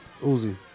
Uzi